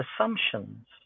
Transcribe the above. assumptions